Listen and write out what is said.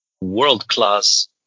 world-class